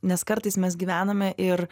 nes kartais mes gyvename ir